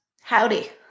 Howdy